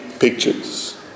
pictures